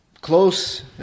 close